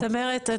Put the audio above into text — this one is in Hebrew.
צמרת,